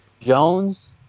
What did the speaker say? Jones